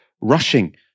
rushing